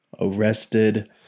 arrested